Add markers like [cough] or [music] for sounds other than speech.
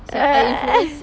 [noise]